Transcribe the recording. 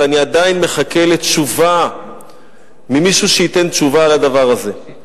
ואני עדיין מחכה לתשובה ממישהו שייתן תשובה על הדבר הזה: